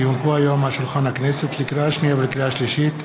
חוק ומשפט להכנה לקריאה שנייה ושלישית.